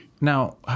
Now